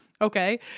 Okay